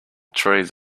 trees